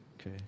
Okay